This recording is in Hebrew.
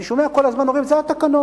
אני שומע כל הזמן אומרים: זה התקנון.